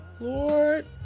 Lord